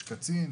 יש קצין,